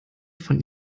von